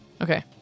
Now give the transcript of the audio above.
Okay